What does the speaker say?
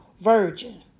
virgin